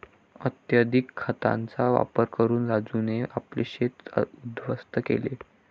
अत्यधिक खतांचा वापर करून राजूने आपले शेत उध्वस्त केले